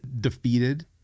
defeated